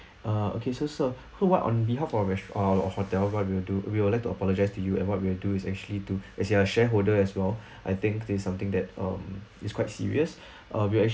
ah okay so sir so what on behalf of our res~ ah our hotel what we will do we would like to apologise to you and what we'll do is actually to as you're a shareholder as well I think there's something that um it's quite serious and we'll actually